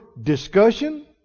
discussion